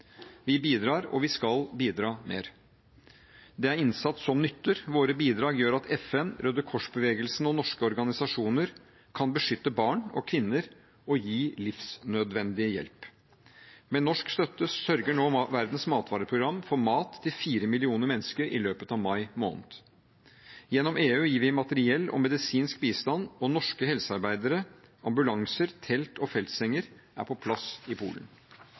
Vi bidrar, og vi skal bidra mer. Det er innsats som nytter: Våre bidrag gjør at FN, Røde Kors-bevegelsen og norske organisasjoner kan beskytte barn og kvinner og gi livsnødvendig hjelp. Med norsk støtte sørger nå Verdens matvareprogram for mat til fire millioner mennesker i løpet av mai måned. Gjennom EU gir vi materiell og medisinsk bistand, og norske helsearbeidere, ambulanser, telt og feltsenger er på plass i Polen.